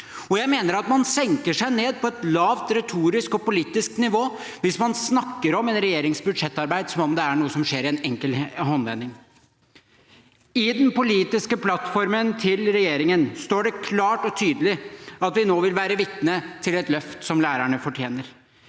og jeg mener at man senker seg ned på et lavt retorisk og politisk nivå hvis man snakker om en regjerings budsjettarbeid som om det er noe som skjer i en enkel håndvending. I den politiske plattformen til regjeringen står det klart og tydelig at vi nå vil være vitne til et løft som lærerne fortjener.